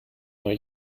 neue